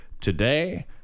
Today